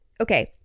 okay